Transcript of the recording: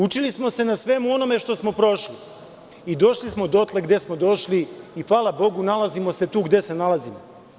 Učili smo se na svemu onome što smo prošli i došli smo dotle gde smo došli i hvala Bogu nalazimo se gde se nalazimo.